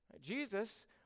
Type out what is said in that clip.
Jesus